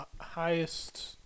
highest